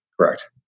Correct